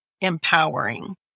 empowering